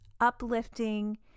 uplifting